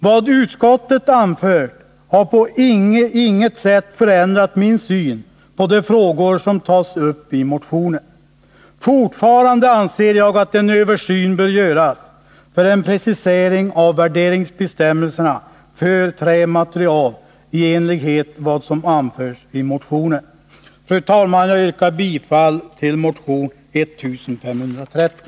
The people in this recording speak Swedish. Vad utskottet anfört har på intet sätt förändrat min syn på de frågor som tas upp i motionen. Fortfarande anser jag att en översyn bör göras för en precisering av värderingsbestämmelserna för trämaterial i enlighet med vad som anförs i motionen. Jag yrkar bifall till motion 1530.